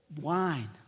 wine